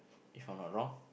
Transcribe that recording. if I'm not wrong